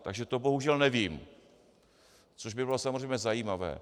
Takže to bohužel nevím, což by bylo samozřejmě zajímavé.